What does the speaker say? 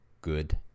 good